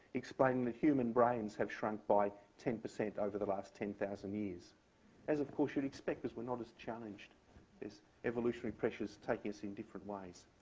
explaining that human brains have shrunk by ten percent over the last ten thousand years as, of course, you'd expect, as we're not as challenged as evolutionary pressures take us in different ways.